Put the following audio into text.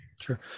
Sure